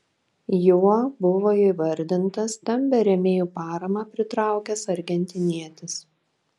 juo buvo įvardintas stambią rėmėjų paramą pritraukęs argentinietis